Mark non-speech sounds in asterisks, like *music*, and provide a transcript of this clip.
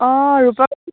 অ' ৰূপা *unintelligible*